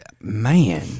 Man